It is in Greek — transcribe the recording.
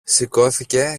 σηκώθηκε